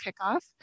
kickoff